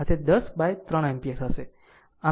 આમ તે 10 by 3 ampere હશે